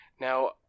now